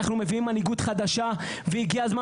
אנחנו מביאים מנהיגות חדשה והגיע הזמן